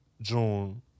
June